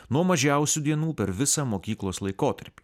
nuo mažiausių dienų per visą mokyklos laikotarpį